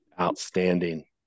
Outstanding